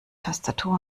tastatur